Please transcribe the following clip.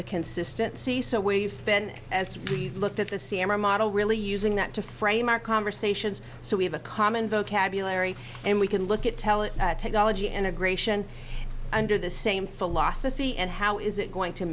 the consistency so we've been as we've looked at the c m i model really using that to frame our conversations so we have a common vocabulary and we can look at tele technology integration under the same philosophy and how is it going to